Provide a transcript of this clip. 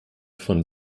von